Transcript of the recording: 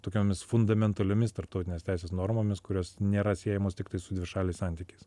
tokiomis fundamentaliomis tarptautinės teisės normomis kurios nėra siejamos tiktai su dvišaliais santykiais